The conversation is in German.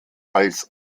als